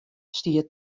stie